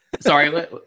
sorry